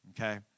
okay